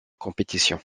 compétition